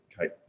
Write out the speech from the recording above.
Kate